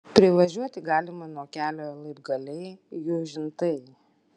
privažiuoti galima nuo kelio laibgaliai jūžintai